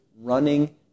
running